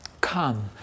Come